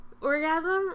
orgasm